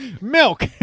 Milk